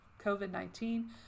COVID-19